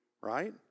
Right